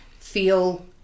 feel